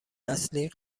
اصلی